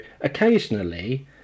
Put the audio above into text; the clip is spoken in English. occasionally